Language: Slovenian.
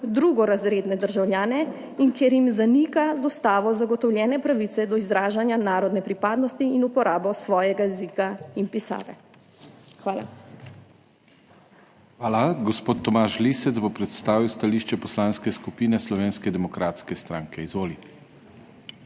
drugorazredne državljane in ker jim zanika z ustavo zagotovljene pravice do izražanja narodne pripadnosti in uporabe svojega jezika in pisave. Hvala. **PODPREDSEDNIK DANIJEL KRIVEC:** Hvala. Gospod Tomaž Lisec bo predstavil stališče Poslanske skupine Slovenske demokratske stranke. Izvolite.